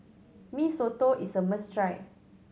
Mee Soto is a must try